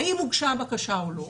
האם הוגשה הבקשה או לא,